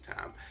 time